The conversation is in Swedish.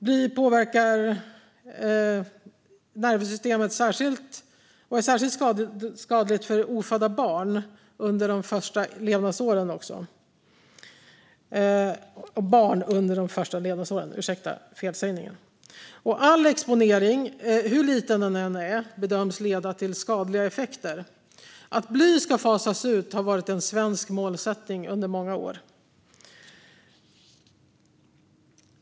Bly påverkar särskilt nervsystemet och är särskilt skadligt för ofödda barn och också för barn under de första levnadsåren. All exponering, hur liten den än är, bedöms leda till skadliga effekter. Att bly ska fasas ut har varit en svensk målsättning under många år.